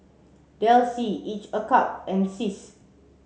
Delsey Each a cup and SIS